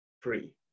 free